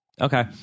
Okay